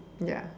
ya